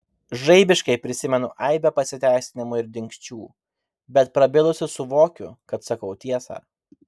žaibiškai prisimenu aibę pasiteisinimų ir dingsčių bet prabilusi suvokiu kad sakau tiesą